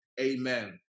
Amen